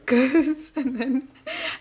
us and then